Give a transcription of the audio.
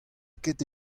ket